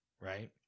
right